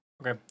Okay